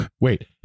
Wait